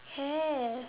have